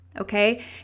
okay